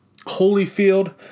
Holyfield